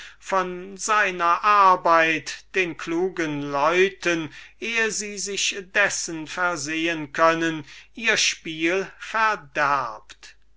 von seiner arbeit den gescheiten leuten eh sie sich's versehen können ihr spiel verderbt